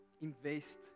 invest